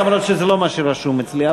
אף-על-פי שזה לא מה שרשום אצלי.